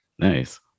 nice